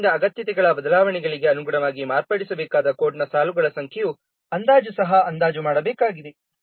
ಆದ್ದರಿಂದ ಅಗತ್ಯತೆಗಳ ಬದಲಾವಣೆಗಳಿಗೆ ಅನುಗುಣವಾಗಿ ಮಾರ್ಪಡಿಸಬೇಕಾದ ಕೋಡ್ನ ಸಾಲುಗಳ ಸಂಖ್ಯೆಯ ಅಂದಾಜು ಸಹ ಅಂದಾಜು ಮಾಡಬೇಕಾಗಿದೆ